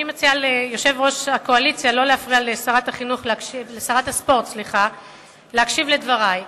אני מציעה ליושב-ראש הקואליציה לא להפריע לשרת הספורט להקשיב לדברי.